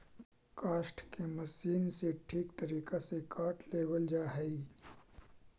काष्ठ के मशीन से ठीक तरीका से काट लेवल जा हई